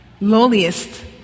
lowliest